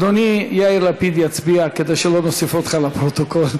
אדוני יאיר לפיד יצביע כדי שלא נוסיף אותך לפרוטוקול.